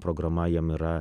programa jam yra